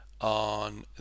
On